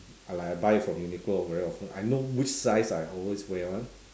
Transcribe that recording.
like I buy from Uniqlo very often I know which size I always wear [one]